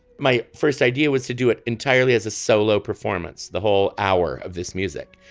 my first idea was to do it entirely as a solo performance the whole hour of this music.